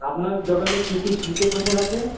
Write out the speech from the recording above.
আপনার দোকানে কী কী শীতের পোশাক আছে